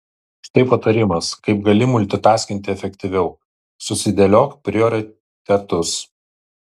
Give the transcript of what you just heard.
štai patarimas kaip gali multitaskinti efektyviau susidėliok prioritetus